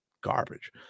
garbage